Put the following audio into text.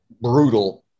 brutal